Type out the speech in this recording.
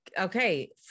okay